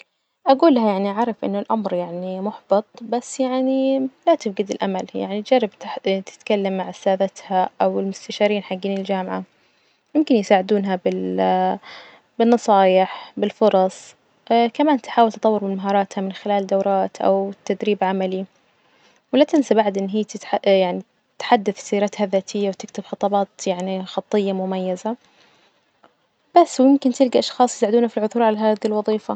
أجول لها يعني أعرف إن الأمر يعني محبط بس يعني لا تفجد الأمل، يعني تجرب تتكلم مع أستاذتها أو المستشارين حجين الجامعة يمكن يساعدونها بال-بالنصايح بالفرص كمان تحاول تطور من مهاراتها من خلال دورات أو تدريب عملي، ولا تنسى بعد إن هي تح- يعني تحدث سيرتها الذاتية وتكتب خطابات يعني خطية مميزة بس، وممكن تلجى أشخاص يساعدونا في العثور على هذي الوظيفة.